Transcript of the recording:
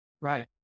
Right